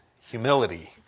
humility